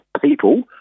people